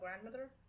grandmother